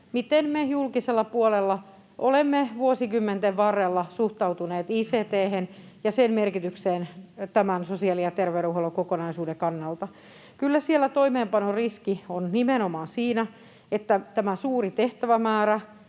miten me julkisella puolella olemme vuosikymmenten varrella suhtautuneet ict:hen ja sen merkitykseen sosiaali‑ ja terveydenhuollon kokonaisuuden kannalta. Kyllä siellä toimeenpanon riski on nimenomaan siinä, että suuri tehtävämäärä,